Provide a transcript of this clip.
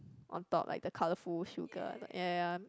on top like the colourful sugar the ya ya ya